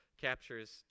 captures